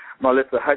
Melissa